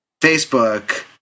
Facebook